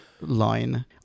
line